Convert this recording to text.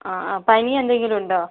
ആ ആ പനിയെന്തെങ്കിലും ഉണ്ടോ